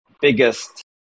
biggest